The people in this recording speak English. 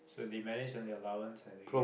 so they manage on their allowance and they get